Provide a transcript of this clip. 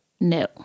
No